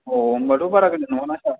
अ होनबाथ' बारा गोजान नङा ना सार